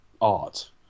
art